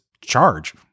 charge